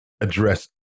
address